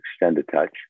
Extend-A-Touch